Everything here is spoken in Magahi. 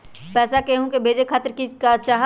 पैसा के हु के भेजे खातीर की की चाहत?